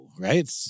right